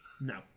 No